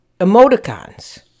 emoticons